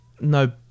No